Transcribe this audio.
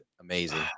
amazing